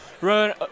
run